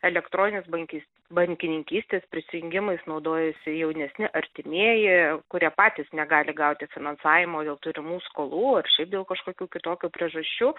elektroninės bankys bankininkystės prisijungimais naudojasi jaunesni artimieji kurie patys negali gauti finansavimo dėl turimų skolų ar šiaip dėl kažkokių kitokių priežasčių